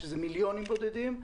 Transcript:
שגם זה מיליונים בודדים.